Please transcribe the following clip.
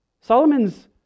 Solomon's